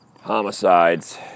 homicides